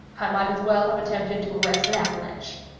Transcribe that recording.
i might as well have attempted to arrest an avalanche!